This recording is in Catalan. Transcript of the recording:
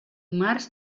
març